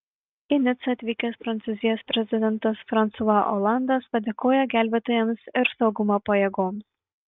į nicą atvykęs prancūzijos prezidentas fransua olandas padėkojo gelbėtojams ir saugumo pajėgoms